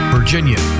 Virginia